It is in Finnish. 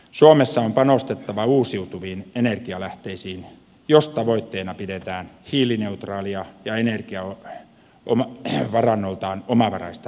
suomessa on panostettava uusiutuviin energialähteisiin jos tavoitteena pidetään hiilineutraalia ja energiavarannoiltaan omavaraista maata